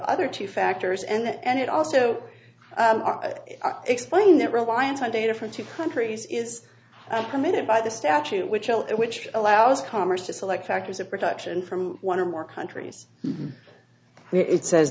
other two factors and it also explained that reliance on data from two countries is permitted by the statute which which allows commerce to select factors of production from one or more countries where it says